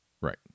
Right